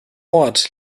ort